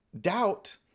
doubt